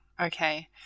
Okay